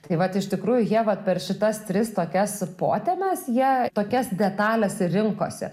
tai vat iš tikrųjų jie va per šitas tris tokias potemes jie tokias detales ir rinkosi